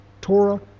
Torah